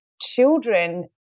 children